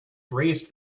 braced